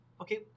Okay